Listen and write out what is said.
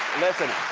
listen,